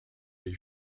des